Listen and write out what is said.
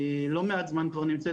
הבקשה נמצאת כבר לא מעט זמן במשרד.